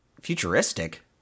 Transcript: Futuristic